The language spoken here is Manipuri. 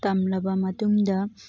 ꯇꯝꯂꯕ ꯃꯇꯨꯡꯗ